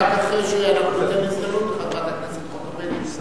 רק אחרי שאנחנו ניתן הזדמנות לחברת הכנסת חוטובלי לומר את דברה.